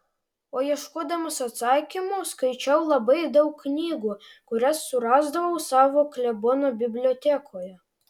o ieškodamas atsakymų skaičiau labai daug knygų kurias surasdavau savo klebono bibliotekoje